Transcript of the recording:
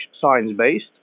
science-based